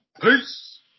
Peace